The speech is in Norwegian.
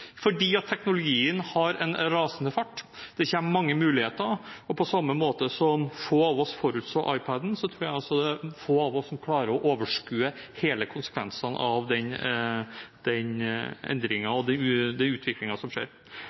fordi teknologien har en rasende fart. Det kommer mange muligheter. På samme måte som få av oss forutså ipad-en, så tror jeg at det er få av oss som klarer å overskue alle konsekvensene av